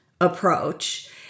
approach